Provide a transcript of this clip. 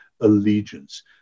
allegiance